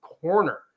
corner